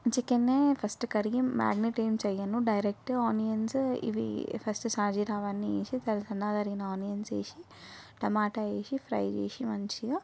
chicken first కడిగి marinate ఏం చేయను డైరెక్ట్ ఆనియన్స్ ఇవి ఫస్ట్ షాజీరా అవన్ని వేసి తరువాత సన్నగా తరిగిన ఆనియన్స్ వేసి టమాటా వేసి ఫ్రై చేసి మంచిగా